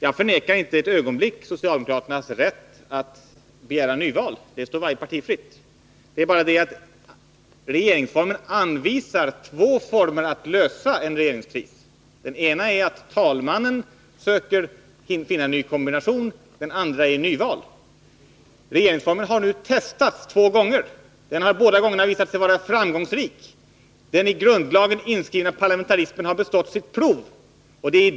Jag förnekar inte ett ögonblick socialdemokraternas rätt att begära nyval; det står varje parti fritt. Det är bara det att regeringsformen anvisar två former för att lösa en regeringskris. Den ena är att talmannen söker finna en ny kombination. Den andra är nyval. Regeringsformen har nu testats två gånger, och den har båda gångerna visat sig hålla måttet. Den i grundlagen inskrivna parlamentarismen har bestått sitt prov.